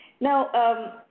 Now